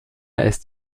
ist